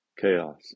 chaos